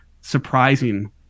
surprising